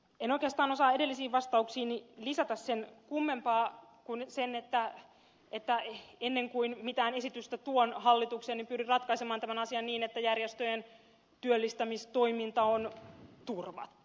en oikeastaan osaa edellisiin vastauksiini lisätä sen kummempaa kuin sen että ennen kuin mitään esitystä tuon hallitukseen pyrin ratkaisemaan tämän asian niin että järjestöjen työllistämistoiminta on turvattu